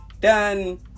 done